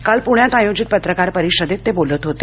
काल पुण्यात आयोजित पत्रकार परिषदेत ते बोलत होते